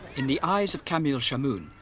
in the eyes of kamiel shamoon,